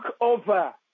over